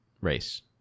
race